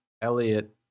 Elliot